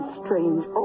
strange